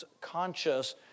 conscious